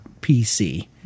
PC